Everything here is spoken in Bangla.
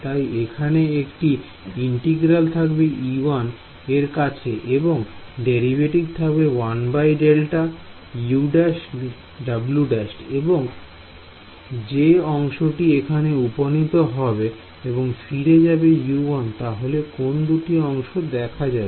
তাই এখানে একটি ইন্টিগ্রাল থাকবে e1 এর কাছে এবং ডেরিভেটিভ থাকবে 1Δ W′U′ যে অংশটি এখানে উপনীত হবে এবং ফিরে যাবে U1 তাহলে কোন দুটি অংশ দেখা যাবে